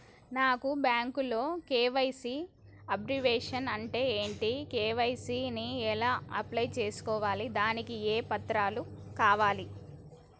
నాకు బ్యాంకులో KYC abbreviation అంటే ఏంటి కే.వై.సీ ని ఎలా అప్లై చేసుకోవాలి దానికి ఏ పత్రాలు కావాలి?